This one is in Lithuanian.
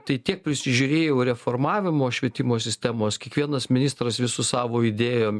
tai tiek prisižiūrėjau reformavimo švietimo sistemos kiekvienas ministras vis su savo idėjom